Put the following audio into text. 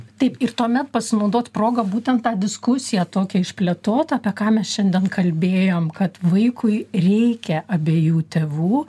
taip ir tuomet pasinaudot proga būtent tą diskusiją tokią išplėtot apie ką mes šiandien kalbėjom kad vaikui reikia abiejų tėvų